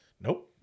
Nope